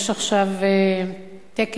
יש עכשיו טקס,